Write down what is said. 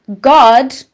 god